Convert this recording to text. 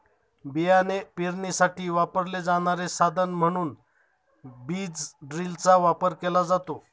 बियाणे पेरणीसाठी वापरले जाणारे साधन म्हणून बीज ड्रिलचा वापर केला जातो